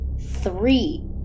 Three